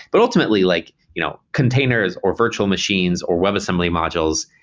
but ultimately, like you know containers or virtual machines or webassembly modules,